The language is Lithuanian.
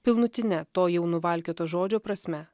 pilnutine to jau nuvalkioto žodžio prasme